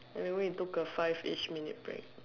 by the way we took a five ish minute break